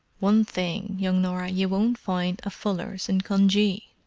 one thing, young norah, you won't find a fuller's in cunjee!